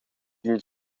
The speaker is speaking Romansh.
d’in